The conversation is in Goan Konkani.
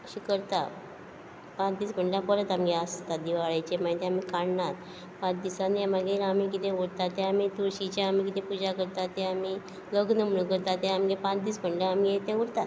अशें करता पांच दीस म्हणल्या परत आमगे आसता दिवाळेचें माई तें आमी काडना पांच दिसानी मागीर आमी कितें उरता तें आमी तुळशीचें आमी कितें पुजा करता तें आमी लग्न म्हुणू करता तें आमगे पांच दीस म्हणल्या आमगे तें उरता